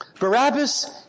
Barabbas